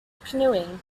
canoeing